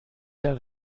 der